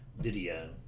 video